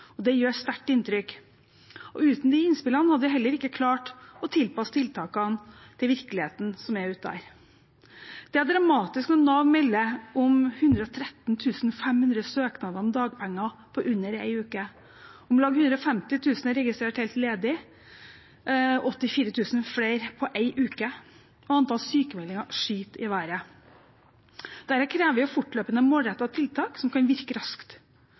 og det gjør sterkt inntrykk. Uten de innspillene hadde vi heller ikke klart å tilpasse tiltakene til virkeligheten som er der ute. Det er dramatisk når Nav melder om 113 500 søknader om dagpenger på under en uke. Om lag 150 000 er registrert helt ledige – 84 000 flere på én uke – og antall sykmeldinger skyter i været. Dette krever fortløpende målrettede tiltak som kan virke raskt.